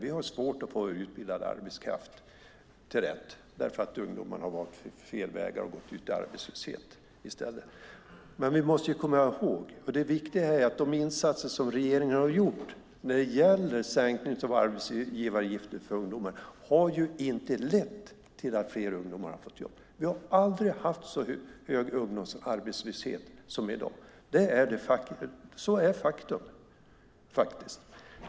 Vi har svårt att få utbildad arbetskraft därför att ungdomarna har valt fel vägar och gått ut i arbetslöshet. Men vi måste komma ihåg - det är det viktiga - att de insatser som regeringen har gjort när det gäller sänkningen av arbetsgivaravgiften för ungdomar inte har lett till att fler ungdomar har fått jobb. Vi har aldrig haft så hög ungdomsarbetslöshet som i dag. Det är ett faktum.